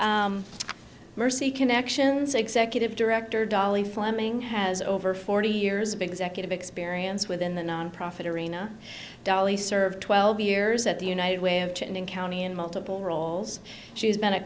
mercy connections executive director dolly fleming has over forty years because of experience within the nonprofit arena dolly served twelve years at the united way of change in county and multiple roles she's been a